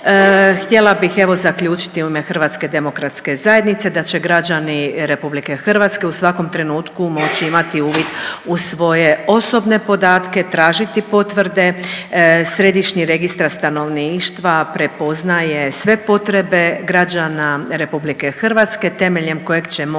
Htjela bih, evo, zaključiti u ime HDZ-a da će građani RH u svakom trenutku moći imati uvid u svoje osobne podatke, tražiti potvrde Središnji registra stanovništva prepoznaje sve potrebe građana RH temeljem kojeg će moći